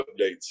updates